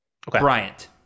Bryant